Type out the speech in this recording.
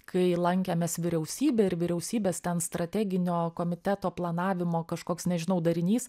kai lankėmės vyriausybėj ir vyriausybės ten strateginio komiteto planavimo kažkoks nežinau darinys